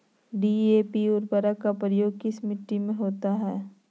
DAP उर्वरक का प्रयोग किस मिट्टी में होला?